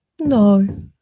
No